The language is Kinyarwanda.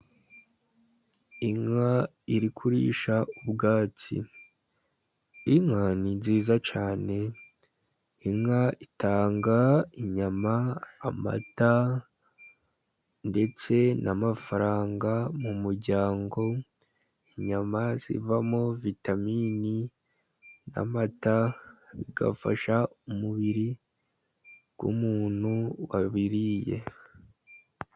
Inka iri kurisha ubwatsi, inka ni nziza cyane, inka itanga inyama, amata, ndetse n'amafaranga mu muryango, inyama zivamo vitamini, n'amata bigafasha umubiri w'umuntu wabiriye.